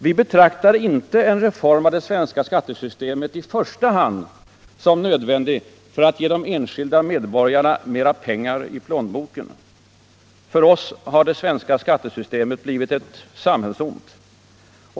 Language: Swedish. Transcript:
Vi betraktar en reform av det svenska skattesystemet inte i första hand som nödvändig för att ge den enskilde medborgaren mer pengar i plånboken. För oss har det svenska skattesystemet blivit ett samhällsont.